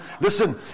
listen